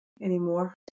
anymore